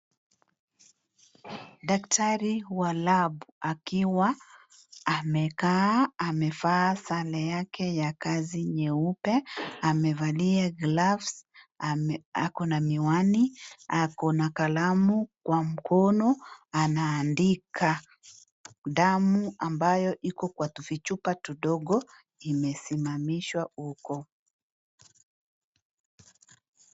Daktari wa lab akiwa amekaa. Amevaa sare yake ya kazi nyeupe. Amevalia gloves , ako na miwani, ako na kalamu kwa mkono anaandika. Damu ambayo iko kwa tuvichupa tudogo imesimamishwa huko.